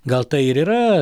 gal tai ir yra